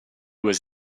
was